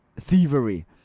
thievery